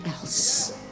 else